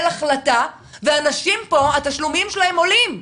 החלטה ואנשים פה התשלומים שלהם עולים.